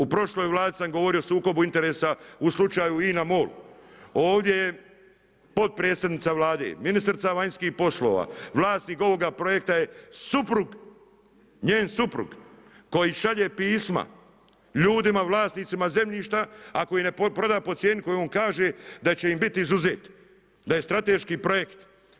U prošloj Vladi sam govorio o sukobu interesa u slučaju INA MOL, ovdje je potpredsjednica Vlade, ministrica vanjskih poslova, vlasnik ovog projekta je suprug, njen suprug koji šalje pisma ljudima, vlasnicima zemljišta ako ih ne proda pod cijeni koju on kaže da će im biti izuzet, da je strateški projekt.